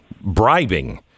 bribing